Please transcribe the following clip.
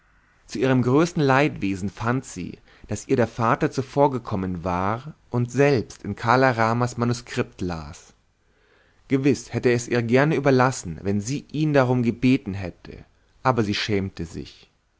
zu ihrem größten leidwesen fand sie daß ihr der vater zuvorgekommen war und selbst in kala ramas manuskript las gewiß hätte er es ihr gerne überlassen wenn sie ihn darum gebeten hätte aber sie schämte sich